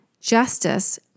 justice